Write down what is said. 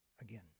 Again